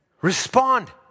respond